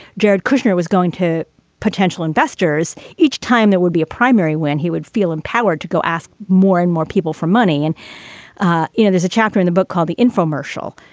jared kushner was going to potential investors. each time that would be a primary win. he would. feel empowered to go ask more and more people for money and ah you know, there's a chapter in a book called the infomercial,